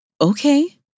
Okay